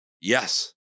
Yes